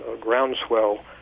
groundswell